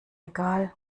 egal